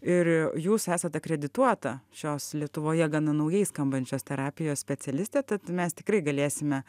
ir jūs esat akredituota šios lietuvoje gana naujai skambančios terapijos specialistė tad mes tikrai galėsime